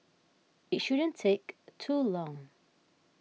it shouldn't take too long